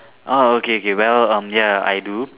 orh okay K well um ya I do